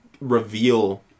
reveal